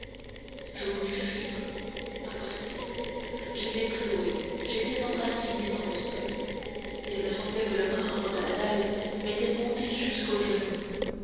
je voulus fuir impossible j'étais cloué j'étais enraciné dans le sol il me semblait que le marbre de la dalle m'était monté jusqu'aux genoux